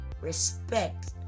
respect